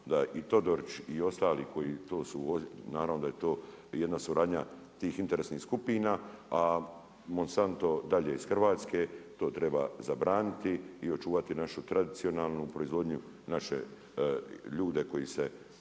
su …/Govornik se ne razumije./… naravno da je to jedna suradnja tih interesnih skupina. A Monsanto dalje iz Hrvatske, to treba zabraniti i očuvati našu tradicionalnu proizvodnju, naše ljude koji se